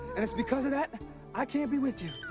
and it's because of that i can't be with you.